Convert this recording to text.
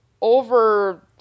over